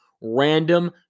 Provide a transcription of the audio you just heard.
random